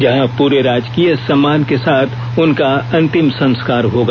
जहां प्रे राजकीय सम्मान के साथ उनका अंतिम संस्कार होगा